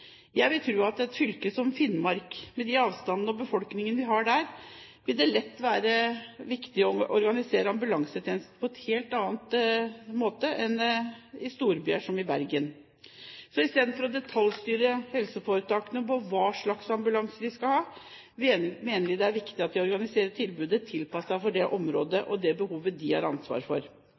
Jeg vil tro at i et fylke som Finnmark, med de avstandene og den befolkningen vi har der, vil det være lurt å organisere ambulansetjenesten på en helt annen måte enn i storbyer som Bergen. Så i stedet for å detaljstyre helseforetakene om hva slags ambulanser de skal ha, mener vi det er viktigere at de organiserer tilbudet tilpasset det området og det behovet de har ansvar for.